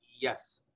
yes